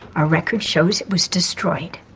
our records shows it was destroyed.